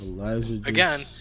Again